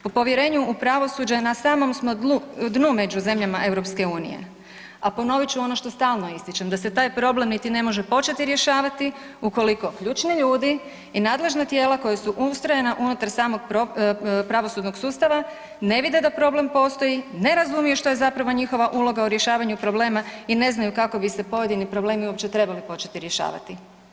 Po povjerenju u pravosuđe na samom smo dnu među zemljama EU, a ponovit ću ono što stalno ističem da se taj problem niti ne može početi rješavati ukoliko ključni ljudi i nadležna tijela koja ustrojena unutar samog pravosudnog sustava ne vide da problem postoji ne razumiju što je zapravo njihova ulogu u rješavanju problema i ne znaju kako bi se pojedini problemi uopće trebali početi rješavati.